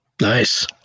Nice